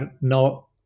no